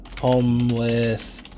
homeless